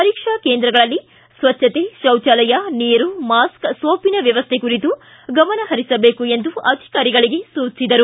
ಪರೀಕ್ಷಾ ಕೇಂದ್ರಗಳಲ್ಲಿ ಸ್ವಜ್ವತೆ ಶೌಚಾಲಯ ನೀರು ಮಾಸ್ಕ್ ಸೋಪಿನ ವ್ಯವಸ್ವೆ ಕುರಿತು ಗಮನಹರಿಸಬೇಕು ಎಂದು ಅಧಿಕಾರಿಗಳಿಗೆ ಸೂಚಿಸಿದರು